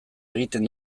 egiten